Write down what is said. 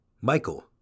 Michael